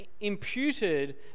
imputed